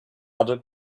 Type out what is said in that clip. other